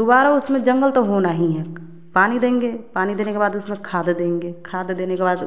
दोबारा उसमें जंगल तो होना ही हैं पानी देंगे पानी देने के बाद उसमें खाद देंगे खाद देने के बाद